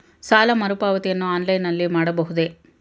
ಸಾಲ ಮರುಪಾವತಿಯನ್ನು ಆನ್ಲೈನ್ ನಲ್ಲಿ ಮಾಡಬಹುದೇ?